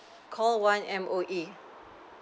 call one M_O_E